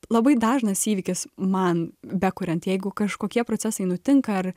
labai dažnas įvykis man bekuriant jeigu kažkokie procesai nutinka ar